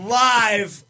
live